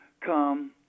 come